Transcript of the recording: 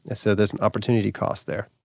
and so there's an opportunity cost there.